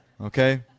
okay